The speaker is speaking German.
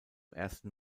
ersten